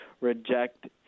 reject